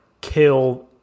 kill